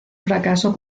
fracaso